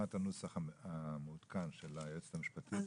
את הנוסח המעודכן מפי היועצת המשפטית.